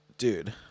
dude